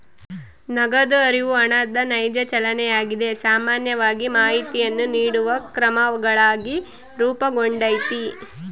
ನಗದು ಹರಿವು ಹಣದ ನೈಜ ಚಲನೆಯಾಗಿದೆ ಸಾಮಾನ್ಯವಾಗಿ ಮಾಹಿತಿಯನ್ನು ನೀಡುವ ಕ್ರಮಗಳಾಗಿ ರೂಪುಗೊಂಡೈತಿ